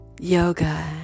yoga